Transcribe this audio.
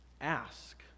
ask